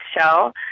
show